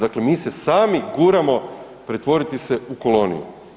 Dakle, mi se sami guramo pretvoriti se u koloniju.